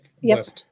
yes